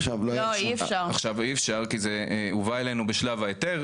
עכשיו אי אפשר, כי זה הובא אלינו בשלב ההיתר.